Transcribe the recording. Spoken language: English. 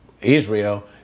Israel